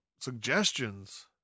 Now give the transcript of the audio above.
suggestions